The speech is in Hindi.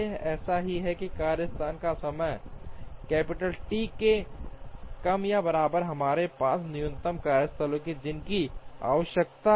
ऐसा है कि कार्यस्थान का समय कैपिटल टी से कम या बराबर है हमारे पास न्यूनतम कार्यस्थल हैं जिनकी आवश्यकता है